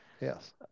Yes